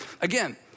Again